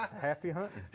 happy hunting!